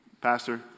Pastor